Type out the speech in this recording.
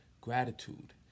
gratitude